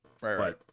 Right